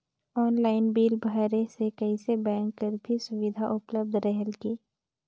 Online bill भरे से कइसे बैंक कर भी सुविधा उपलब्ध रेहेल की?